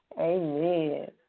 Amen